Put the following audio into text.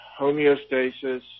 homeostasis